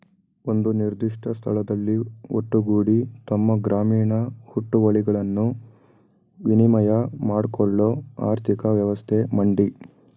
ಒಂದು ನಿರ್ದಿಷ್ಟ ಸ್ಥಳದಲ್ಲಿ ಒಟ್ಟುಗೂಡಿ ತಮ್ಮ ಗ್ರಾಮೀಣ ಹುಟ್ಟುವಳಿಗಳನ್ನು ವಿನಿಮಯ ಮಾಡ್ಕೊಳ್ಳೋ ಆರ್ಥಿಕ ವ್ಯವಸ್ಥೆ ಮಂಡಿ